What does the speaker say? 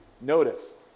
Notice